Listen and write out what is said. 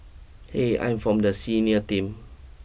eh I'm from the senior team